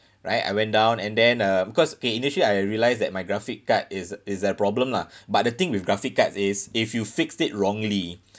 right I went down and then uh because K initially I realised that my graphic card is is the problem lah but the thing with graphic card is if you fix it wrongly